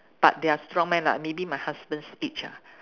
but they are strong man ah maybe my husband's age ah